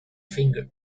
finger